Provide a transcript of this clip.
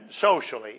socially